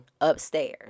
upstairs